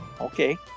Okay